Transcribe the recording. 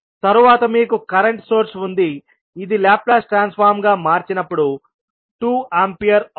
తరువాత మీకు current source ఉంది ఇది లాప్లాస్ ట్రాన్స్ఫార్మ్ గా మార్చినప్పుడు 2 ఆంపియర్ అవుతుంది